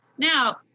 Now